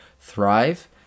thrive